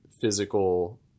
physical